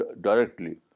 directly